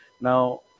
now